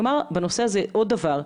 אומר בנושא הזה דבר נוסף.